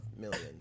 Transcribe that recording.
millions